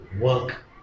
work